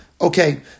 okay